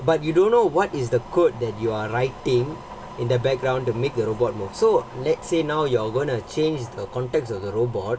but you don't know what is the code that you are writing in the background to make the robot move so let's say now you're going to change the context of the robot